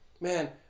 man